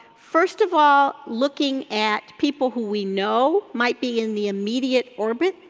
first of all, looking at people who we know might be in the immediate orbit,